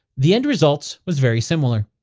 the end result was very similar.